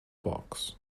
box